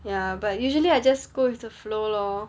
ya but usually I just go with the flow lor